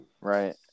right